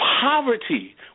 Poverty